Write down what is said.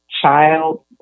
child